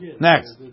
Next